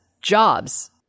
jobs